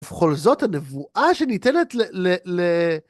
ובכל זאת הנבואה שניתנת ל...